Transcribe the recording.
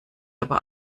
aber